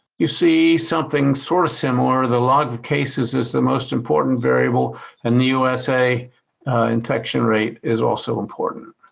you see something sort of similar. the log of cases is the most important variable and the usa infection rate is also important.